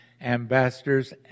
ambassadors